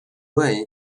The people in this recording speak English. way